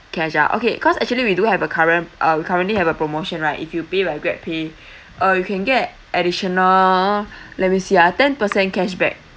cash ah okay cause actually we do have a current uh we currently have a promotion right if you pay by grabpay uh you can get additional let me see ah ten percent cashback